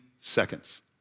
seconds